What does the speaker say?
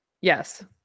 Yes